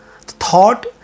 thought